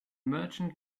merchant